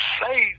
say